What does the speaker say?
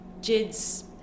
jids